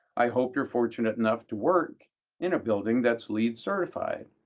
i hope you're fortunate enough to work in a building that's leed certified,